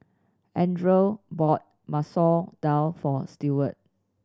Andrae bought Masoor Dal for Stewart